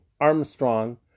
Armstrong